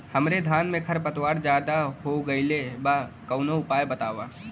हमरे धान में खर पतवार ज्यादे हो गइल बा कवनो उपाय बतावा?